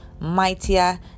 mightier